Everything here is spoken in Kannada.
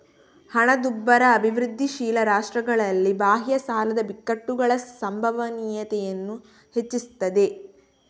ಹಣದುಬ್ಬರ ಅಭಿವೃದ್ಧಿಶೀಲ ರಾಷ್ಟ್ರಗಳಲ್ಲಿ ಬಾಹ್ಯ ಸಾಲದ ಬಿಕ್ಕಟ್ಟುಗಳ ಸಂಭವನೀಯತೆಯನ್ನ ಹೆಚ್ಚಿಸ್ತದೆ